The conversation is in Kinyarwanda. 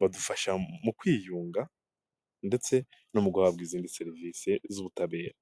badufasha mu kwiyunga ndetse no mu guhabwa izindi serivise z'ubutabera.